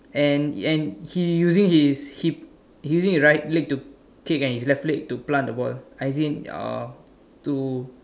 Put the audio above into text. and and he using his hip he's using his right to leg to kick and his left leg to plant the ball as in um to